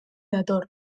dator